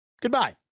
Goodbye